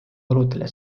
oludele